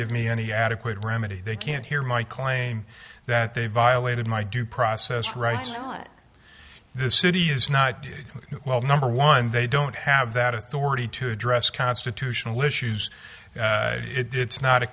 give me any adequate remedy they can't hear my claim that they violated my due process rights this city is not well number one they don't have that authority to address constitutional issues it's not a